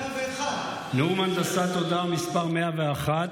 נאום הנדסת תודעה מס' 101,